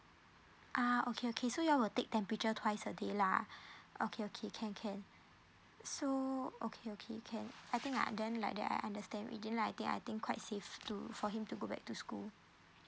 ah okay okay so you all will take temperature twice a day lah okay okay can can so okay okay can I think ah then like that I understand we didn't know I think I think quite safe to for him to go back to school